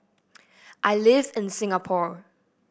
I live in Singapore